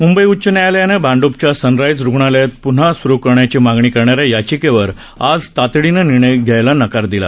मुंबई उच्च न्यायालयानं भांड्पचं सनराईज रुग्णालय पून्हा सुरु करण्याची मागणी करणाऱ्या याचिकेवर आज तातडीनं निर्णय द्यायला नकार दिला